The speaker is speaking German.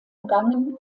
umgangen